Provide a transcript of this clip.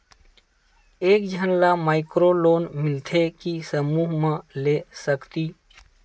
एक झन ला माइक्रो लोन मिलथे कि समूह मा ले सकती?